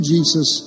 Jesus